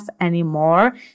anymore